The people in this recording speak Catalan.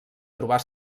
trobar